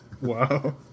Wow